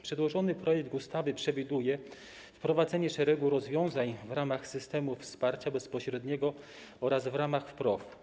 Przedłożony projekt ustawy przewiduje wprowadzenie szeregu rozwiązań w ramach systemu wsparcia bezpośredniego oraz w ramach PROW.